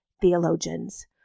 theologians